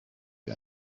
wie